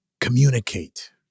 communicate